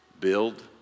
build